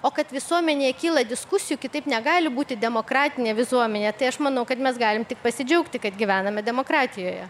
o kad visuomenėje kyla diskusijų kitaip negali būti demokratinė visuomenė tai aš manau kad mes galim tik pasidžiaugti kad gyvename demokratijoje